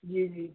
جی جی